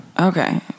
Okay